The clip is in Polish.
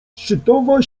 szczytowa